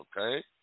okay